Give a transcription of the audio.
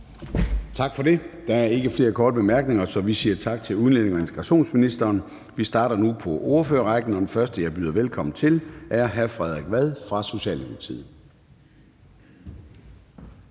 Tak for det. Der er ikke flere korte bemærkninger, så vi siger tak til udlændinge- og integrationsministeren. Vi starter nu på ordførerrækken, og den første, jeg byder velkommen til, er hr. Frederik Vad fra Socialdemokratiet.